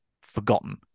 forgotten